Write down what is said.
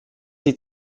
sie